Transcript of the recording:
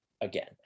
again